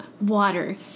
water